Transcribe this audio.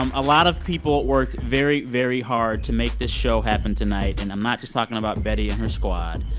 um a lot of people worked very, very hard to make this show happen tonight, and i'm not just talking about betty and her squad.